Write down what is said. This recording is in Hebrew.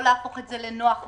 לא להפוך את זה לנוח מדי,